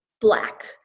black